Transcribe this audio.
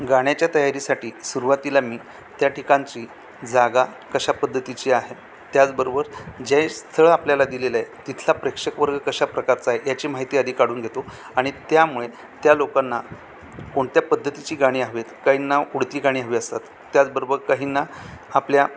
गाण्याच्या तयारीसाठी सुरवातीला मी त्या ठिकाणची जागा कशा पद्धतीची आहे त्याचबरोबर जे स्थळ आपल्याला दिलेलं आहे तिथला प्रेक्षकवर्ग कशा प्रकारचा आहे याची माहिती आधी काढून घेतो आणि त्यामुळे त्या लोकांना कोणत्या पद्धतीची गाणी हवीेत काहींना उडती गाणी हवी असतात त्याचबरोबर काहींना आपल्या